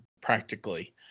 Practically